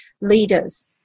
leaders